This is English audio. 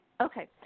Okay